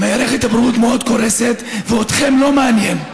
מערכת הבריאות מאוד קורסת, ואתכם לא מעניין,